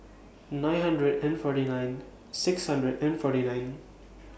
nine hundred and forty nine six hundred and forty nine